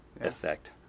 effect